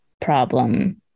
problem